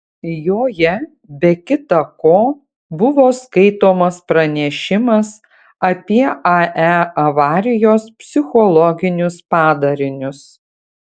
joje be kita ko buvo skaitomas pranešimas apie ae avarijos psichologinius padarinius